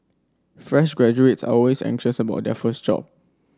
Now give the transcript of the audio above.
fresh graduates are always anxious about their first job